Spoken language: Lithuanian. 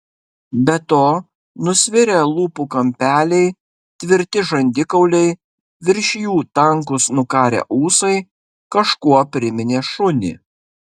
be to nusvirę lūpų kampeliai tvirti žandikauliai virš jų tankūs nukarę ūsai kažkuo priminė šunį